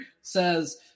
says